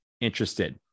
interested